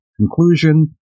conclusion